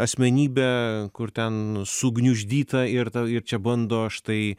asmenybė kur ten sugniuždyta ir ta ir čia bando štai